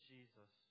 Jesus